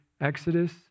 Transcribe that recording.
Exodus